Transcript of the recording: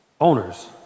Owners